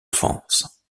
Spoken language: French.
offense